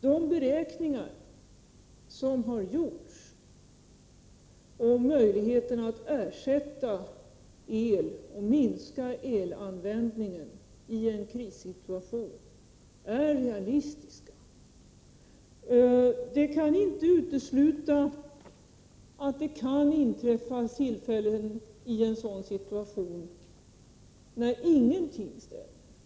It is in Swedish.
De beräkningar som har gjorts om möjligheterna att ersätta el och minska elanvändningen i en krissituation är realistiska. Det kan inte uteslutas att det i en sådan situation blir tillfällen då ingenting stämmer.